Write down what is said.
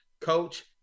coach